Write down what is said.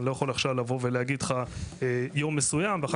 אני לא יכול עכשיו לבוא ולהגיד לך יום מסוים ואז